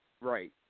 right